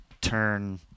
turn